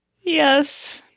Yes